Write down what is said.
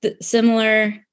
similar